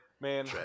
Man